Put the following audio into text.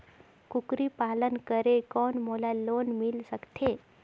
कूकरी पालन करे कौन मोला लोन मिल सकथे?